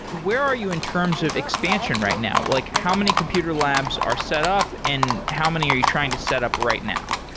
where are you in terms of expansion right now? like how many computer labs are set up and how many are you trying to set up right now?